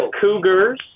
Cougars